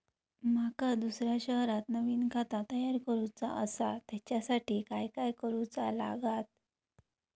माका दुसऱ्या शहरात नवीन खाता तयार करूचा असा त्याच्यासाठी काय काय करू चा लागात?